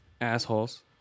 Assholes